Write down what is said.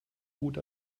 gut